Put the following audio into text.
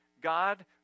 God